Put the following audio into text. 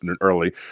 early